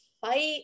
fight